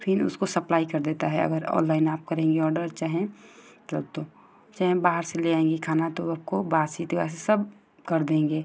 फिर उसको सप्लाई कर देता है अगर ऑनलाइन आप करेंगी ऑर्डर चाहे मतलब तो चाहे बाहर से ले आएँगी खाना तो आपको बासी तिबासी सब कर देंगे